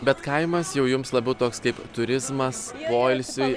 bet kaimas jau jums labiau toks kaip turizmas poilsiui